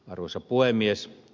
arvoisa puhemies